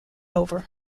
over